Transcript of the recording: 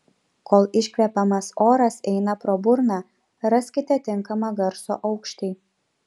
kol iškvepiamas oras eina pro burną raskite tinkamą garso aukštį